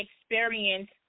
experience